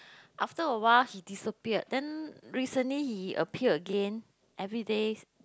after a while he disappeared then recently he appeared again everyday